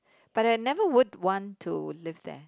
but that I would never want to live there